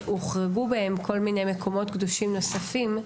הוחרגו בהם כל מיני מקומות קדושים נוספים,